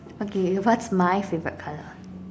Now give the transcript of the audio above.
okay what's my favourite colour